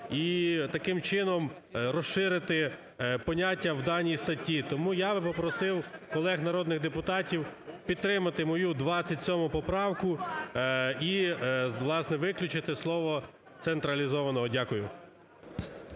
і таким чином розширити поняття в даній статті. Тому я би попросив колег народних депутатів підтримати мою 27 поправку і, власне, виключити слово "централізованого". Дякую.